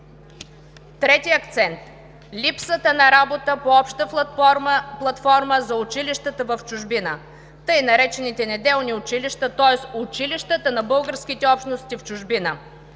Трети акцент – липсата на работа по обща платформа за училищата в чужбина – така наречените неделни училища, тоест училищата на българските общности в чужбина.